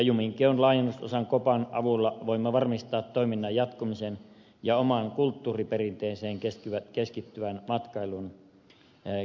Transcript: juminkeon laajennusosan kopan avulla voimme varmistaa toiminnan jatkumisen ja omaan kulttuuriperinteeseen keskittyvän matkailun kehittymisen